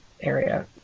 area